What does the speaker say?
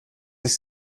sich